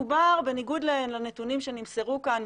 מדובר בניגוד לנתונים שנמסרו כאן,